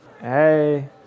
Hey